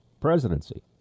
presidency